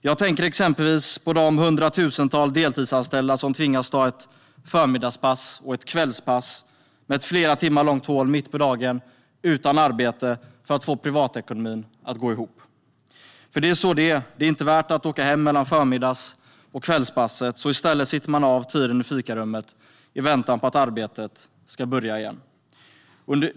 Jag tänker exempelvis på de hundratusentals deltidsanställda som tvingas ta ett förmiddagspass och ett kvällspass med ett flera timmar långt hål mitt på dagen utan arbete för att få privatekonomin att gå ihop. För det är så det är: Det är inte värt att åka hem mellan förmiddags och kvällspasset, så i stället sitter man av tiden i fikarummet i väntan på att arbetet ska börja igen.